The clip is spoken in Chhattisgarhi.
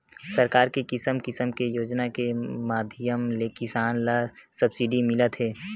सरकार के किसम किसम के योजना के माधियम ले किसान ल सब्सिडी मिलत हे